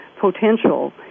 potential